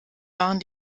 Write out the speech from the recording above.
waren